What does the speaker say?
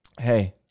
Hey